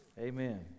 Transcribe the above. Amen